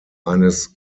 eines